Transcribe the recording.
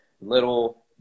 Little